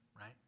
right